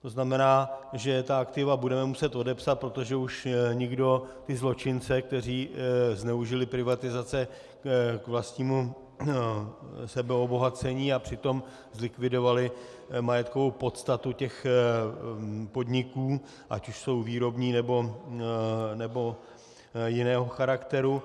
To znamená, že ta aktiva budeme muset odepsat, protože už nikdo ty zločince, kteří zneužili privatizace k vlastnímu sebeobohacení a při tom zlikvidovali majetkovou podstatu těch podniků, ať už jsou výrobního, nebo jiného charakteru.